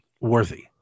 worthy